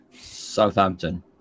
southampton